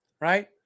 right